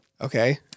Okay